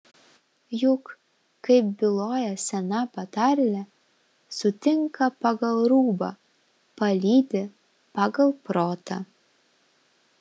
juk kaip byloja sena patarlė sutinka pagal rūbą palydi pagal protą